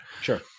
Sure